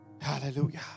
Hallelujah